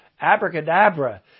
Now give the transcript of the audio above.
abracadabra